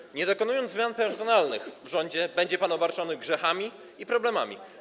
Skoro nie dokonuje pan zmian personalnych w rządzie, to będzie pan obarczony grzechami i problemami.